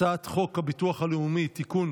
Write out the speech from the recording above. הצעת חוק הביטוח הלאומי (תיקון,